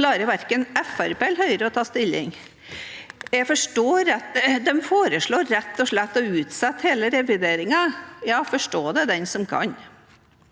klarer verken Fremskrittspartiet eller Høyre å ta stilling. De foreslår rett og slett å utsette hele revideringen. Ja, forstå det den som kan.